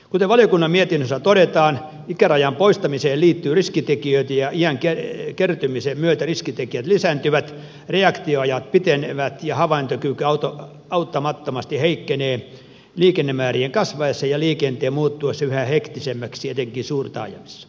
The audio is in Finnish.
kuten valiokunnan mietinnössä todetaan ikärajan poistamiseen liittyy riskitekijöitä ja iän kertymisen myötä riskitekijät lisääntyvät reaktioajat pitenevät ja havaintokyky auttamattomasti heikkenee liikennemäärien kasvaessa ja liikenteen muuttuessa yhä hektisemmäksi etenkin suurtaajamissa